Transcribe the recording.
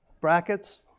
brackets